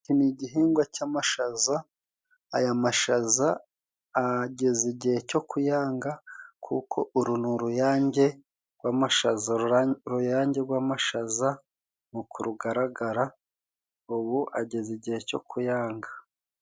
Iki ni igihingwa cy'amashaza aya mashaza ageze igihe cyo kuyanga kuko uru ni uruyange rw'amashaza ruyange rwamashaza mu ku rugaragara ubu ageze igihe cyo kuyanga.